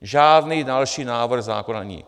Žádný další návrh zákona není.